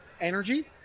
Energy